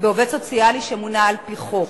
ב"עובד סוציאלי שמונה על-פי חוק",